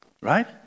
Right